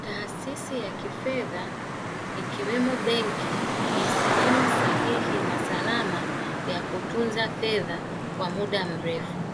Taasisi ya kifedha ikiwemo benki ni sehemu sahihi na salama ya kutunza fedha kwa muda mrefu.